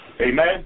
Amen